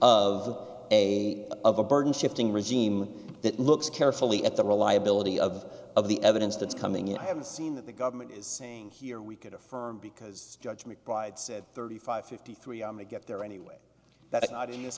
of a of a burden shifting regime that looks carefully at the reliability of of the evidence that's coming in i haven't seen that the government is saying here we could affirm because judge mcbride said thirty five fifty three i may get there anyway that's not in this